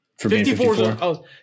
54